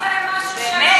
באמת,